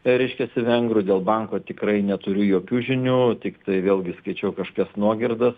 reiškiasi vengrų dėl banko tikrai neturiu jokių žinių tiktai vėlgi sakyčiau kažkokias nuogirdas